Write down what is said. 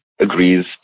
agrees